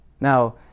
Now